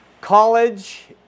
College